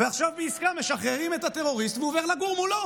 ועכשיו בעסקה משחררים את הטרוריסט והוא עובר לגור מולו.